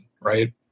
right